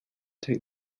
take